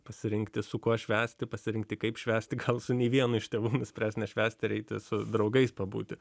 pasirinkti su kuo švęsti pasirinkti kaip švęsti gal su nei vienu iš tėvų nuspręs nešvęsti ir eiti su draugais pabūti